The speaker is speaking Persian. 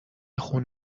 خون